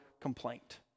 complaint